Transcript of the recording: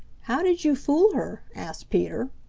how did you fool her? asked peter.